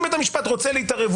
אם בית המשפט רוצה להתערב,